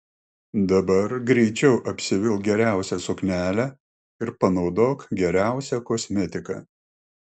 dabar greičiau apsivilk geriausią suknelę ir panaudok geriausią kosmetiką